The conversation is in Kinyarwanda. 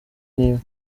n’imwe